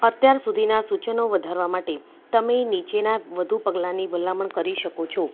અત્યાર સુધીનાં સૂચનો વધારવા માટે તમે નીચેના વધું પગલાંની ભલામણ કરી શકો છો